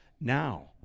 Now